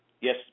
Yes